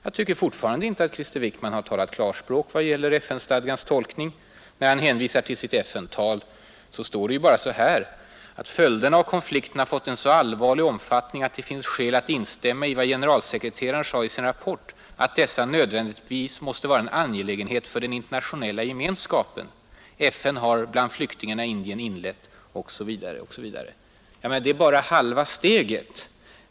Jag tycker fortfarande inte att Krister Wickman har talat klarspråk vad gäller FN-stadgans tolkning. Han hänvisar till sitt FN-tal, där det bara står så här: ”Följderna av konflikten har fått en så allvarlig omfattning att det finns skäl att instämma i vad generalsekreteraren sade i sin rapport att dessa nödvändigtvis måste vara en angelägenhet för den internationella gemenskapen. FN har bland flyktingarna i Indien inlett ———.” Jag menar att det bara är halva steget.